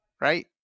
right